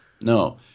No